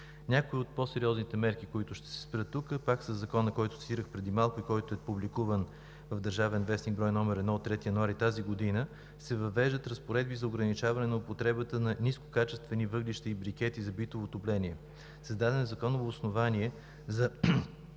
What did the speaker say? Някои от по-сериозните мерки, на които ще се спра тук и пак са със Закона, който цитирах преди малко и който е публикуван в „Държавен вестник“ № 1 от 3 януари тази година, се въвеждат разпоредби за ограничаване на употребата на нискокачествени въглища и брикети за битово отопление. Създадено е законово основание за